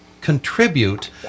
contribute